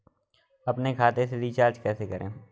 अपने खाते से रिचार्ज कैसे करें?